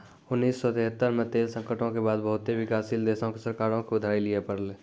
उन्नीस सौ तेहत्तर मे तेल संकटो के बाद बहुते विकासशील देशो के सरकारो के उधारी लिये पड़लै